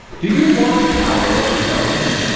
do you want power over something?